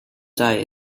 tie